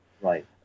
Right